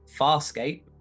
Farscape